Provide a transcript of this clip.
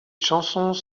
chansons